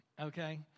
Okay